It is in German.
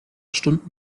stunden